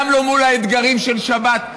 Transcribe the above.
גם לא מול האתגרים של שבת,